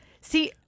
See